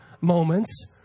moments